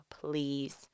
please